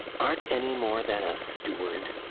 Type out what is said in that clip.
art any more than a steward?